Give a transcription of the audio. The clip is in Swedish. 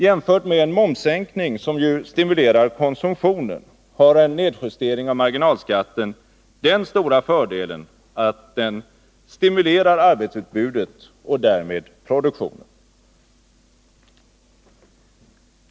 Jämfört med en momssänkning, som ju stimulerar konsumtionen, har en nedjustering av marginalskatten den stora fördelen att den stimulerar arbetsutbudet och därmed produktionen.